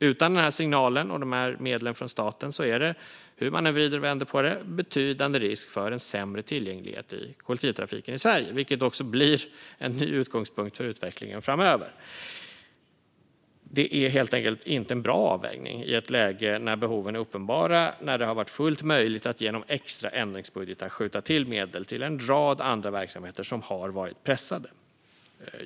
Utan den här signalen och de här medlen från staten finns det hur man än vrider och vänder på det en betydande risk för sämre tillgänglighet i kollektivtrafiken i Sverige, vilket också blir en ny utgångspunkt för utvecklingen framöver. Det är helt enkelt inte en bra avvägning i ett läge där behoven är uppenbara och det varit fullt möjligt att genom extra ändringsbudgetar skjuta till medel till en rad andra verksamheter som har varit pressade.